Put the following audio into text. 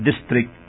district